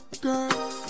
girl